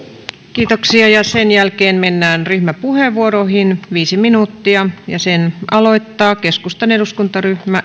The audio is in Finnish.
kiitoksia sen jälkeen mennään ryhmäpuheenvuoroihin viisi minuuttia ja ne aloittaa keskustan eduskuntaryhmä